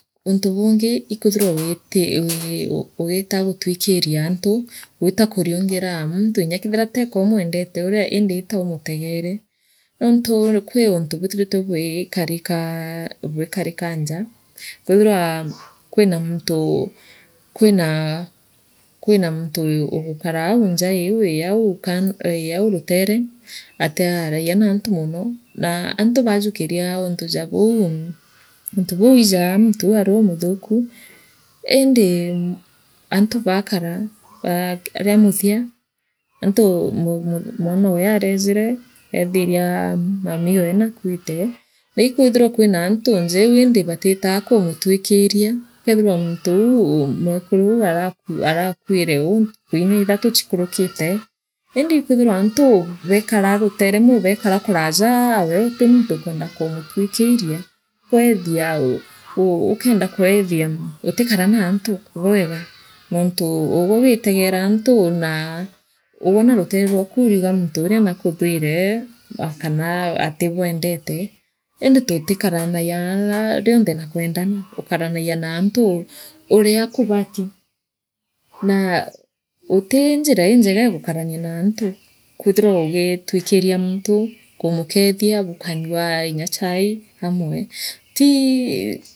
Untu bungi ikwithirwa wii wiita gutwikina antu gwita kuriungira muntu nya kethira umwendete uria ind ita umutegeere ontu kwi untu bwithiritwe bwikarikaa bwikarika njaa kwithirwa kwira muntu kwira kwira muntu ugukaraah njaa iu ii au ka rutere atiaragia naantu mono naa antu baajukiria untu jaa buu untu buu ijaa muntu uu ori umuthuku indi antu baakara ba riamuthia antu ba mwa mwanowe amejire eethiria mamiowe nakuite na ikwithirwa kwina antu njou indi batitaa ku uthikiria ukenthira muntu uu mwekuru uu ara arakwire ou uu ntuku inya ithetu chiikurukitu indi uti muntu ukwenda kumutwikiria u ukende kuethia utikara naantu bwega noontu ugwe wiitegere antu naa ugwe na rutere rwaku uriuga muntu uria naakuthwinee kana atikwendete indi tutikaranagia rionthe na kwendana tukaranagia naantu uria kubati naa uti njira injeega ya gukarania naantu kwithirwa ugi ugitwikiria muntu kumukethia bukanyua nya chai aamwe tii